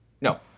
no